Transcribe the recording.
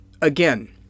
again